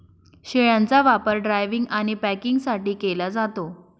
शेळ्यांचा वापर ड्रायव्हिंग आणि पॅकिंगसाठी केला जातो